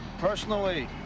Personally